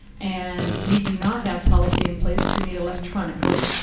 and we do not have policy in place to meet electronically.